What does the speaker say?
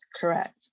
Correct